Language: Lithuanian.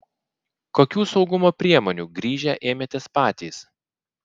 kokių saugumo priemonių grįžę ėmėtės patys